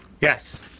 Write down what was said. Yes